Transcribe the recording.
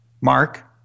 Mark